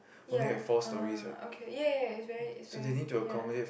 ya uh okay ya ya ya it's very it's very ya